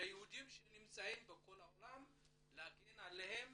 היהודים שנמצאים בכל העולם, להגן עליהם